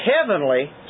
heavenly